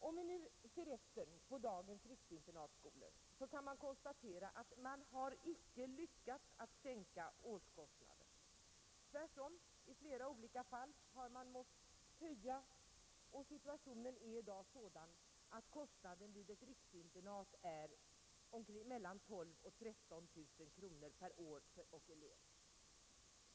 Om vi studerar dagens riksinternatskolor kan vi konstatera att man alls icke har lyckats att sänka årskostnaden. Tvärtom: i flera olika fall har man måst göra en höjning, och situationen är i dag sådan att kostnaden vid ett riksinternat är mellan 12 000 och 13 000 kronor per år och elev.